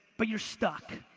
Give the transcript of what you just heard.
but you're stuck.